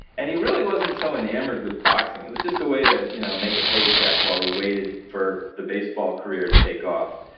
and he really wasn't so enamored with boxing. it was just a way to you know make a paycheck while he waited for the baseball career to take off.